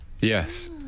Yes